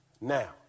Now